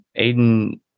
Aiden